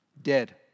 dead